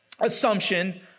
assumption